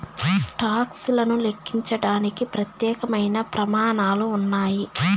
talks లను లెక్కించడానికి ప్రత్యేకమైన ప్రమాణాలు ఉన్నాయి